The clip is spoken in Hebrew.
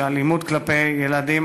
של אלימות כלפי ילדים,